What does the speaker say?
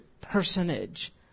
personage